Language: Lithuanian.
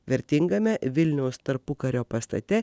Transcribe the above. vertingame vilniaus tarpukario pastate